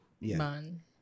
Man